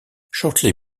shortly